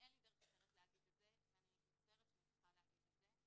אין לי דרך אחרת להגיד את זה ואני מצטערת שאני צריכה להגיד את זה,